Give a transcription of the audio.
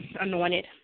anointed